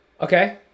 Okay